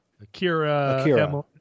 Akira